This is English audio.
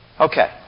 Okay